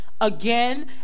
Again